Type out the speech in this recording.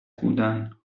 بودن